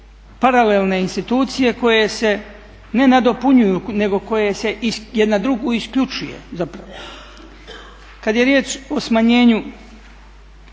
paralelne institucije koje se ne nadopunjuju nego koja se, jedna drugu isključuje zapravo. Kada je riječ o smanjenju